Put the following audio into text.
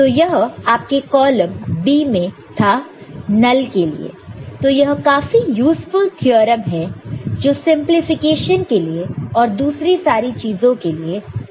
तो यह आपके कॉलम b मे था नल के लिए तो यह काफी यूज़फुल थ्योरम है जो सिंपलीफिकेशन के लिए और दूसरे सारी चीजों के लिए काम आएगा